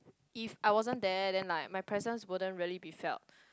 if I wasn't there then like my presence wouldn't really be felt